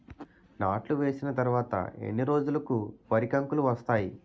నాట్లు వేసిన తర్వాత ఎన్ని రోజులకు వరి కంకులు వస్తాయి?